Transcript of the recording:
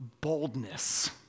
boldness